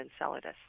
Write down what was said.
Enceladus